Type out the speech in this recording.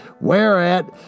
Whereat